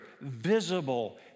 visible